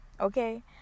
okay